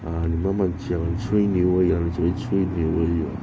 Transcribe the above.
啊你慢慢讲吹牛而已啦吹牛而已